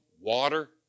Water